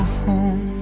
home